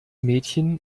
mädchen